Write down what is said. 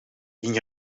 hing